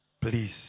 Please